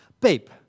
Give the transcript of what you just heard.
Babe